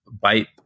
bite